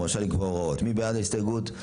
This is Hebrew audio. מי בעד קבלת ההסתייגות?